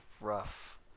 rough